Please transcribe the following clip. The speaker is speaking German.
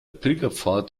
pilgerpfad